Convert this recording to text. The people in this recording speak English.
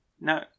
No